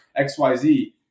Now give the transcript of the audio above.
XYZ